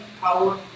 power